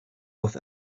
off